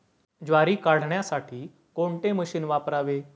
ज्वारी काढण्यासाठी कोणते मशीन वापरावे?